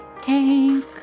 Take